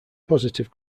positive